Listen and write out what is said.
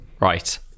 Right